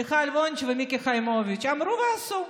מיכל וונש ומיקי חיימוביץ', ייאמר שאמרו ועשו,